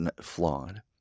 flawed